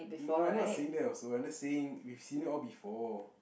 no not saying that also I'm just saying we've seen it all before